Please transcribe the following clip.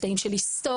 קטעים של היסטוריה,